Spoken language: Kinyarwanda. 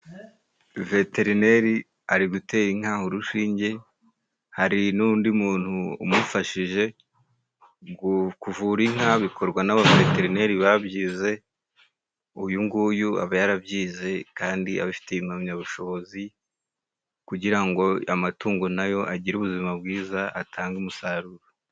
Veterineri ari gutera inka urushinge， hari n'undi muntu umufashije kuvura. Kuvura inka， bikorwa n'abaveterineri babyize， uyu nguyu aba yarabyize kandi abifitiye impamyabushobozi，kugira ngo amatungo nayo agire ubuzima bwiza atange umusaruro.